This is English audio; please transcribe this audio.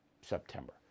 September